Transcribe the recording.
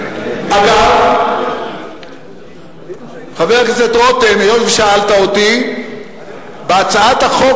אגב, חבר הכנסת רותם, היות ששאלת אותי, בהצעת החוק